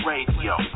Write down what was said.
Radio